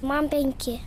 man penki